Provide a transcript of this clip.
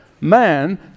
man